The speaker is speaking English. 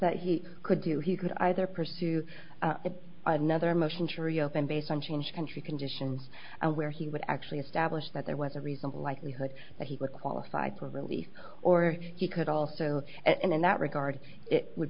that he could do he could either pursue another motion to reopen based on change country conditions where he would actually establish that there was a reasonable likelihood that he would qualify for release or he could also and in that regard it would